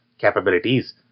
capabilities